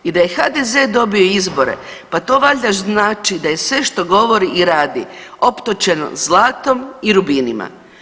I da je HDZ dobio izbore pa to valjda znači da je sve što govori i radi optočeno zlatom i rubinima.